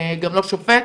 גם לא שופט,